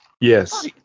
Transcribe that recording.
yes